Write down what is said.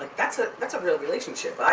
that's ah that's a real relationship.